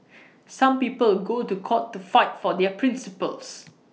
some people go to court to fight for their principles